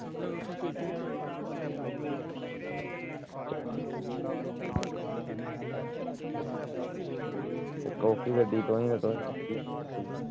ओह्की गड्डी तुआहीं दी तुआहीं